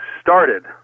started